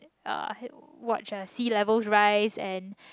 uh watch our sea levels rise and